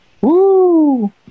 Woo